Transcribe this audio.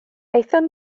aethon